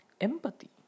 empathy